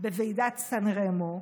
בוועידת סן רמו,